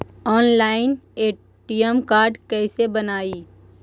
Online ATM card कैसे बनाई?